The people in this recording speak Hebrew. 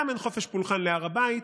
גם אין חופש פולחן בהר הבית,